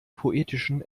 poetischen